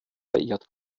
verehrt